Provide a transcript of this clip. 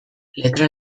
letra